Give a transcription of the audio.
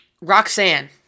Roxanne